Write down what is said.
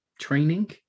training